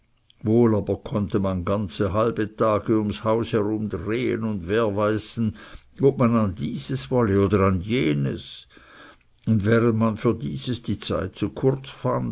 wohl aber konnte man ganze halbe tage ums haus herum drehen und werweisen ob man an dieses hin wolle oder an jenes und während man für dieses die zeit zu kurz